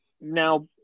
Now